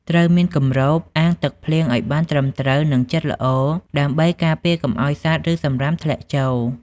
ត្រូវមានគម្របអាងទឹកភ្លៀងឲ្យបានត្រឹមត្រូវ និងជិតល្អដើម្បីការពារកុំឲ្យសត្វ ឬសំរាមធ្លាក់ចូល។